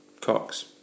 Cox